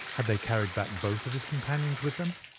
had they carried back both of his companions with them?